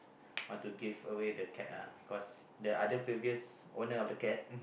want to give away the cat ah because the other previous owner of the cat